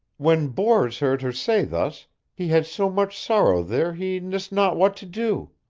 when bors heard her say thus he had so much sorrow there he nyst not what to do.